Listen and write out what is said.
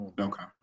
Okay